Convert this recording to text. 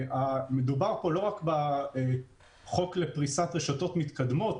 מדובר פה לא רק בחוק לפריסת רשתות מתקדמות,